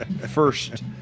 First